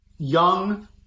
young